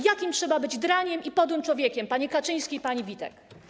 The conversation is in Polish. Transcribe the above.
Jakim trzeba być draniem i podłym człowiekiem, panie Kaczyński i pani Witek?